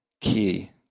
key